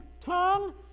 tongue